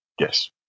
Yes